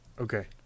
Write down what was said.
Okay